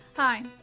Hi